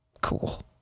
cool